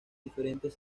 diferentes